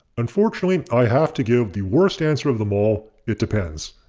unfortunately i have to give the worst answer of them all, it depends,